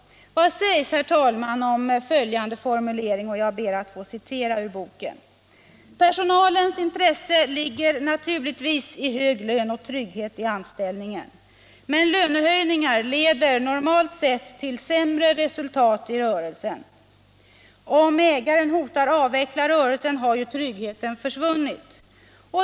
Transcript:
Vad sägs, herr talman, om följande formulering: ”Personalens intresse ligger naturligtvis i hög lön och trygghet i anställningen. Men lönehöjningar leder normalt sett till sämre resultat i rörelsen. Om ägaren hotar avveckla rörelsen har ju tryggheten försvunnit.